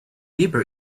bieber